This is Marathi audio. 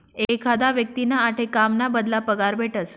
एखादा व्यक्तींना आठे काम ना बदला पगार भेटस